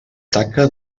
taca